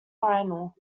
final